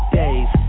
days